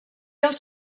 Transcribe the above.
els